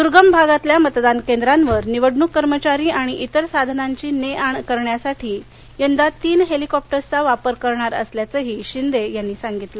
दूर्गम भागातल्या मतदान केंद्रांवर निवडणूक कर्मचारी आणि इतर साधनांची ने आण करण्यासाठी यंदा तीन हेलिकॉप्टर्सचा वापर करणार असल्याचही शिंदे यांनी सांगितलं